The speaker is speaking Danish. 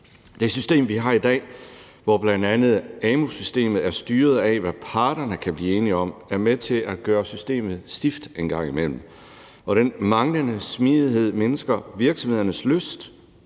Det system, vi har i dag, hvor bl.a. amu-systemet er styret af, hvad parterne kan blive enige om, er med til at gøre systemet stift en gang imellem, og den manglende smidighed mindsker virksomhedernes lyst